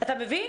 אתה מבין?